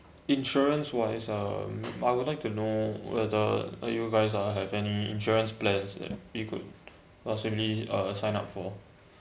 insurance wise um I would like to know whether are you guys are have any insurance plans that you could possibly uh sign up for